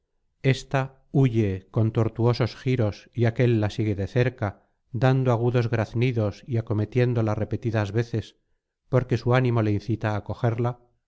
ésta huye con tortuosos giros y aquél la sigue de cerca dando agudos graznidos y acometiéndola repetidas veces porque su ánimo le incita á cogerla